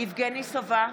יבגני סובה,